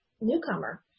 newcomer